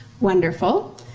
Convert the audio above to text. wonderful